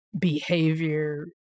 behavior